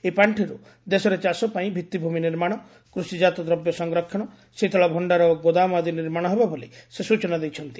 ଏହି ପାଖିରୁ ଦେଶରେ ଚାଷ ପାଇଁ ଭିଭିମି ନିର୍ମାଣ କୃଷିଜାତ ଦ୍ରବ୍ୟ ସଂରକ୍ଷଣ ଶୀତଳଭଣ୍ତାର ଓ ଗୋଦାମ ଆଦି ନିର୍ମାଶ ହେବ ବୋଲି ସେ ସ୍ଚନା ଦେଇଛନ୍ତି